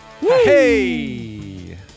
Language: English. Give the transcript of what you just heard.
Hey